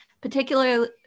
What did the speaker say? particularly